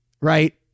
right